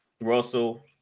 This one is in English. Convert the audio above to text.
Russell